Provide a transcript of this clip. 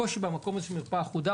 הקושי במקום הזה של מרפאה אחודה,